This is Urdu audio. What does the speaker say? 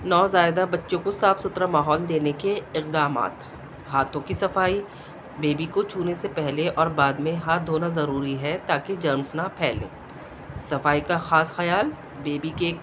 نوزائیدہ بچوں کو صاف ستھرا ماحول دینے کے اقدامات ہاتھوں کی صفائی بیبی کو چھونے سے پہلے اور بعد میں ہاتھ دھونا ضروری ہے تاکہ جرمس نہ پھیلیں صفائی کا خاص خیال بےبی کے